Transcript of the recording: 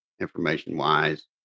information-wise